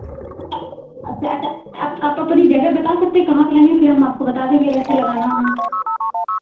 अच्छा अच्छा आप आप अपनी जगह बता सकते कहाँ पे लेंगे फिर हम आपको बता देंगे वैसे लगाना वहाँ